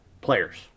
players